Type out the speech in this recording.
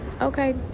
okay